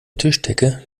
tischdecke